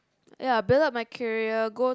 ya build up my career go